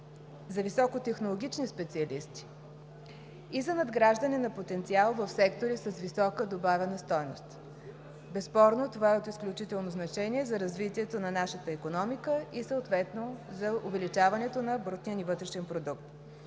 за високотехнологични специалисти и за надграждане на потенциал в сектори с висока добавена стойност. Безспорно това е от изключително значение за развитието на нашата икономика и за увеличаването на брутния ни вътрешен продукт.